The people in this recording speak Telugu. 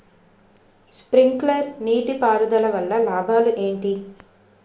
స్ప్రింక్లర్ నీటిపారుదల వల్ల లాభాలు ఏంటి?